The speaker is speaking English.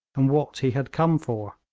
and what he had come for.